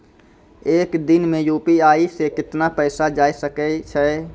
एक दिन मे यु.पी.आई से कितना पैसा जाय सके या?